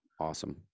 Awesome